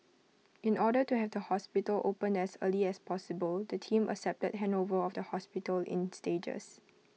in order to have the hospital opened as early as possible the team accepted handover of the hospital in stages